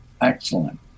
Excellent